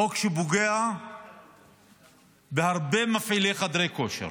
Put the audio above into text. חוק שפוגע בהרבה מפעילי חדרי כושר.